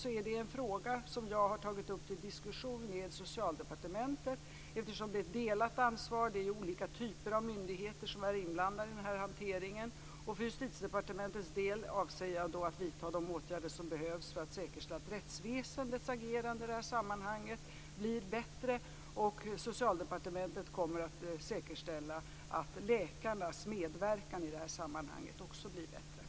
Jag har därför tagit upp frågan till diskussion med Socialdepartementet, eftersom det här råder ett delat ansvar då det är olika typer av myndigheter som är inblandade i hanteringen. För Justitiedepartementets del avser jag att vidta de åtgärder som behövs för att säkerställa att rättsväsendets agerande i detta sammanhang blir bättre. Socialdepartementet kommer att säkerställa att läkarnas medverkan i sammanhanget också blir bättre.